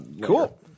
Cool